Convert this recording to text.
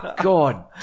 God